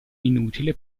inutile